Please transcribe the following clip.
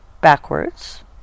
backwards